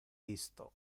isto